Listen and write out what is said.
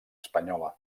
espanyola